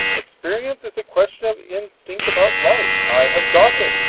experience is a question of instinct about life. i have got it.